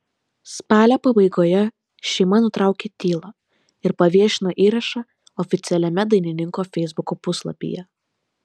spalio pabaigoje šeima nutraukė tylą ir paviešino įrašą oficialiame dainininko feisbuko puslapyje